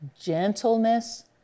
gentleness